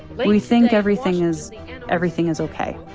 but we think everything is and everything is ok.